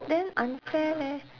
then unfair leh